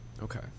Okay